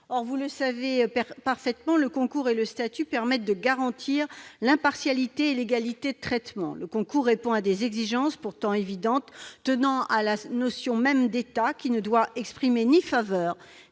Or, vous le savez parfaitement, le concours et le statut permettent de garantir l'impartialité et l'égalité de traitement. Le concours répond à des exigences, pourtant évidentes, tenant à la notion même d'État, qui ne doit exprimer ni faveur